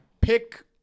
pick